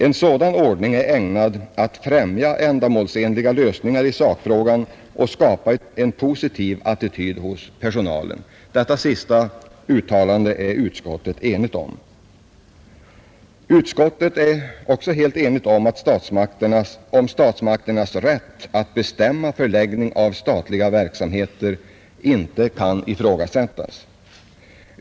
En sådan ordning är ägnad att främja ändamålsenliga lösningar av sakfrågan och skapa en positiv attityd hos personalen, Detta sista uttalande är utskottet enigt om. Utskottet är också helt enigt om att statsmakternas rätt att bestämma förläggning av statliga verksamheter inte kan ifrågasättas.